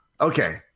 Okay